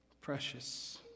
precious